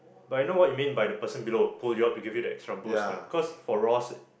but I know what you mean by the person below will pull you up to give you that extra boost lah cause for Ross